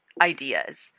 ideas